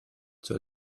zur